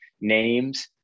names